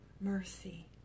mercy